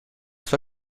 sua